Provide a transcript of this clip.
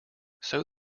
sow